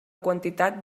quantitat